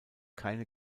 keine